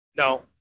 No